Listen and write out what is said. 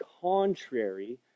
contrary